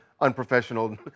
unprofessional